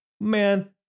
Man